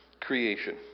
creation